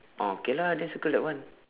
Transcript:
oh okay lah then circle that one